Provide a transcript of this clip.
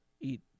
eat